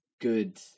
good